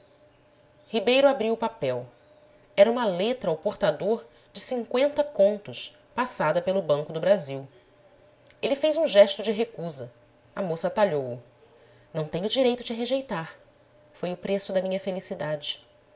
ribeiro abriu o papel era uma letra ao portador de cinqüenta contos passada pelo banco do brasil ele fez um gesto de recusa a moça atalhou-o não tem o direito de rejeitar foi o preço da minha felicidade